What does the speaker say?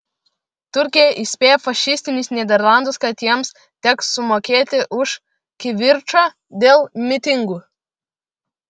turkija įspėja fašistinius nyderlandus kad jiems teks sumokėti už kivirčą dėl mitingų